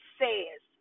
says